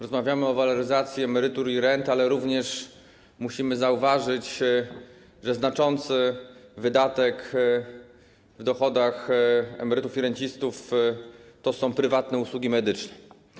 Rozmawiamy o waloryzacji emerytur i rent, ale również musimy zauważyć, że znaczący wydatek w dochodach emerytów i rencistów to prywatne usługi medyczne.